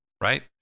right